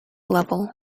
level